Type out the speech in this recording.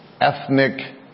ethnic